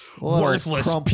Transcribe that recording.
worthless